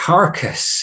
Carcass